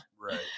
Right